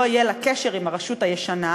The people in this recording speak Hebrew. לא יהיה לה קשר עם הרשות הישנה,